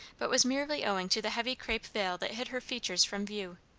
but was merely owing to the heavy crape veil that hid her features from view.